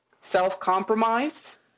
self-compromise